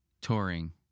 touring